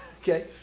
okay